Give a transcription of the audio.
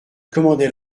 commandait